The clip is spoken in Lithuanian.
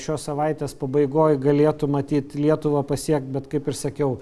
šios savaitės pabaigoj galėtų matyt lietuvą pasiekt bet kaip ir sakiau